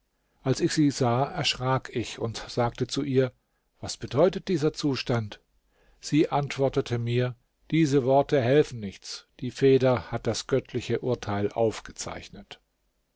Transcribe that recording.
als ich sie sah erschrak ich und sagte zu ihr was bedeutet dieser zustand sie antwortete mir diese worte helfen nichts die feder hat das göttliche urteil aufgezeichnet